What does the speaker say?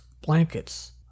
Blankets